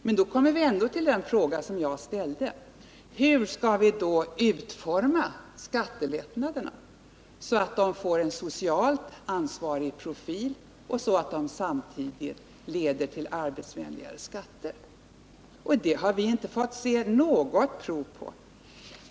Men då kommer vi ändå till den fråga jag ställde: Hur skall vi utforma skatteförslaget så att det får en profil som tyder på socialt ansvar och så att det samtidigt leder till arbetsvänliga skatter? Det har vi inte fått se något prov på.